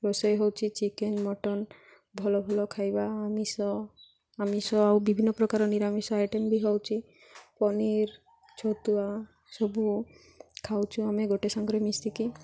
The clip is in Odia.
ରୋଷେଇ ହେଉଛି ଚିକେନ୍ ମଟନ୍ ଭଲ ଭଲ ଖାଇବା ଆମିଷ ଆମିଷ ଆଉ ବିଭିନ୍ନ ପ୍ରକାର ନିରାମିଷ ଆଇଟମ୍ ବି ହେଉଛି ପନିର୍ ଛତୁଆ ସବୁ ଖାଉଛୁ ଆମେ ଗୋଟେ ସାଙ୍ଗରେ ମିଶିକି